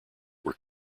were